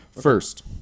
First